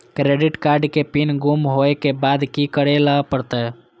Credit card के pin गुम होय के बाद की करै ल परतै?